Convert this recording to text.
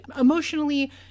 emotionally